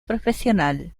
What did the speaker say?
profesional